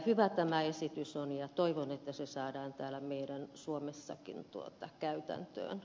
hyvä tämä esitys on ja toivon että se saadaan täällä meillä suomessakin käytäntöön